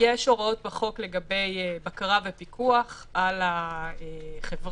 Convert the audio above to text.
יש הוראות בחוק לגבי בקרה ופיקוח על החברה